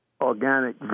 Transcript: organic